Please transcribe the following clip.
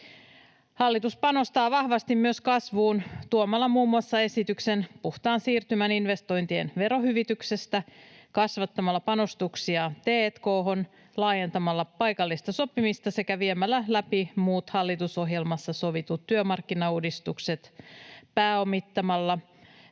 Hallitus panostaa vahvasti myös kasvuun tuomalla muun muassa esityksen puhtaan siirtymän investointien verohyvityksestä, kasvattamalla panostuksia t&k:hon, laajentamalla paikallista sopimista sekä viemällä läpi muut hallitusohjelmassa sovitut työmarkkinauudistukset, pääomittamalla